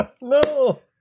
No